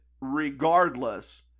regardless